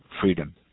freedom